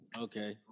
Okay